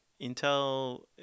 Intel